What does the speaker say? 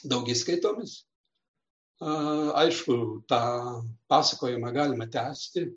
daugiskaitom a aišku tą pasakojimą galima tęsti